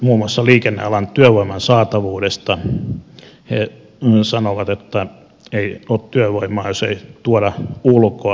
muun muassa liikennealan työvoiman saatavuudesta he sanovat että ei ole työvoimaa jos ei tuoda ulkoa